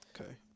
okay